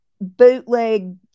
bootleg